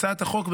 הצעת החוק,